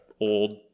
old